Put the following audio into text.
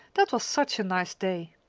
that was such a nice day!